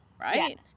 right